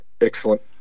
Excellent